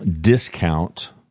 discount